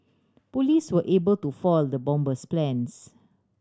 police were able to foil the bomber's plans